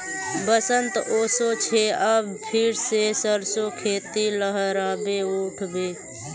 बसंत ओशो छे अब फिर से सरसो खेती लहराबे उठ बे